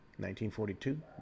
1942